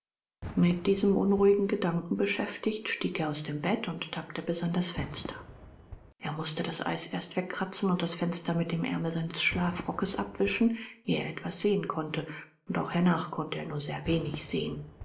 mit diesem unruhigen gedanken beschäftigt stieg er aus dem bett und tappte bis an das fenster er mußte das eis erst wegkratzen und das fenster mit dem aermel seines schlafrockes abwischen ehe er etwas sehen konnte und auch hernach konnte er nur sehr wenig sehen